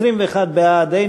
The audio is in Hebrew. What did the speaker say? סעיפים 1 6 נתקבלו.